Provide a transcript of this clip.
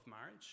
marriage